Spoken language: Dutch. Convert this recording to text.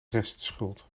restschuld